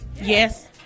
Yes